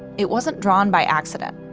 it wasn't drawn by accident.